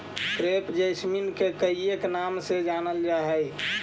crepe jasmine के कईक नाम से जानलजा हइ